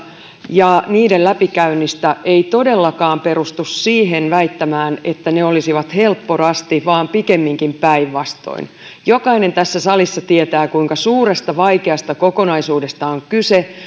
ja niiden läpikäynnistä ei todellakaan perustu siihen väittämään että ne olisivat helppo rasti vaan pikemminkin päinvastoin jokainen tässä salissa tietää kuinka suuresta vaikeasta kokonaisuudesta on kyse